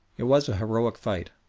it was a heroic fight,